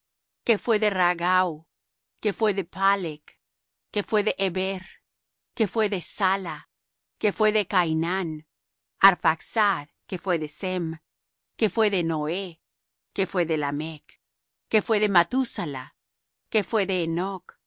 que fué de ragau que fué de phalec que fué de heber que fué de sala que fué de cainán arphaxad que fué de sem que fué de noé que fué de lamech que fué de mathusala que fué de enoch